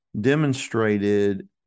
demonstrated